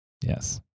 Yes